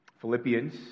Philippians